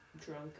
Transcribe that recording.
drunk